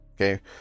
okay